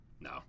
No